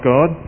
God